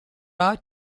are